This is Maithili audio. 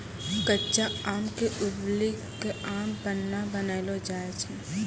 कच्चा आम क उबली कॅ आम पन्ना बनैलो जाय छै